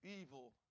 Evil